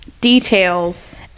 details